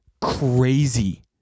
crazy